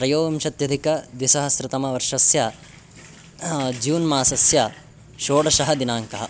त्रयोविंशत्यधिक द्विसहस्रतमवर्षस्य जून् मासस्य षोडशः दिनाङ्कः